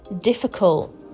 difficult